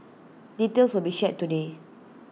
details will be shared today